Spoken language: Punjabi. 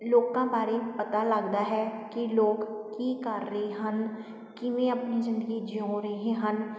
ਲੋਕਾਂ ਬਾਰੇ ਪਤਾ ਲੱਗਦਾ ਹੈ ਕਿ ਲੋਕ ਕੀ ਕਰ ਰਹੇ ਹਨ ਕਿਵੇਂ ਆਪਣੀ ਜ਼ਿੰਦਗੀ ਜਿਓ ਰਹੇ ਹਨ